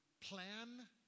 plan